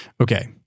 Okay